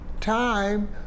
time